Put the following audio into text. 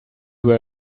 were